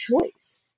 choice